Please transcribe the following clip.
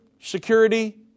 security